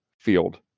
field